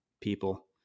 people